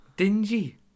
Dingy